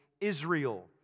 Israel